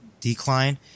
decline